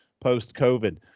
post-COVID